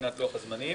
מבחינת לוח הזמנים.